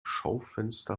schaufenster